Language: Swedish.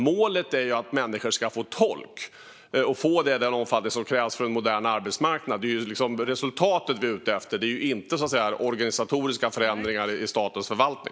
Målet är att människor ska få tolk och att de ska få detta i de fall det krävs för en modern arbetsmarknad. Det är detta resultat vi är ute efter, inte organisatoriska förändringar i statens förvaltning.